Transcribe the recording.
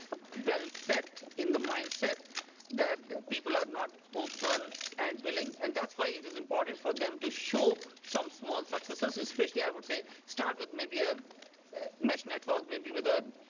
well set in the mind-set that people are not open and willing. and that's why it is important for them to show some small success. especially i would say start with maybe a mesh network maybe with a